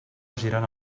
girant